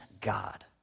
God